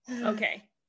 Okay